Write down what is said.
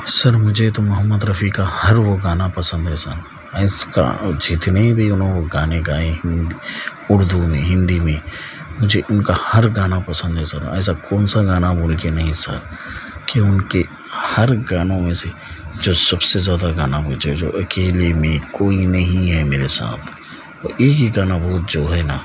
سر مجھے تو محمد رفیع کا ہر وہ گانا پسند ہے سر اس کا جتنے بھی انہوں گانے گائے ہیں اردو میں ہندی میں مجھے ان کا ہر گانا پسند ہے سر ایسا کون سا گانا وہ لکھے نہیں سر کہ ان کے ہر گانوں میں سے جو سب سے زیادہ گانا مجھے جو اکیلے میں کوئی نہیں ہے میرے ساتھ یہی ایک گانا وہ جو ہے نا